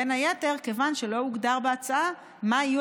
בין היתר מכיוון שלא הוגדר בהצעה מה יהיו